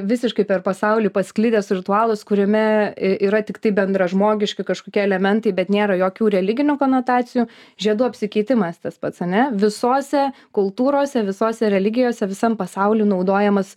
visiškai per pasaulį pasklidęs ritualas kuriame yra tiktai bendražmogiški kažkokie elementai bet nėra jokių religinių konotacijų žiedų apsikeitimas tas pats ane visose kultūrose visose religijose visam pasauly naudojamas